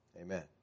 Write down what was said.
Amen